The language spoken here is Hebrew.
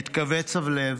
מתכווץ הלב,